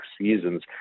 seasons